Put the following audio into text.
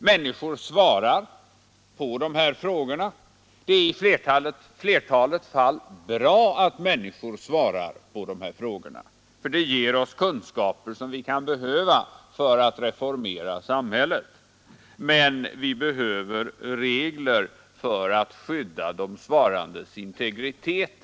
Människor svarar på dessa frågor, och det är i flertalet fall bra att de gör det, eftersom det ger oss kunskaper som vi kan behöva för att reformera samhället. Men vi behöver regler för att skydda de svarandes integritet.